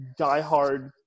diehard